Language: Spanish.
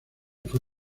fue